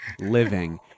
living